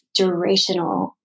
durational